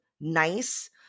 nice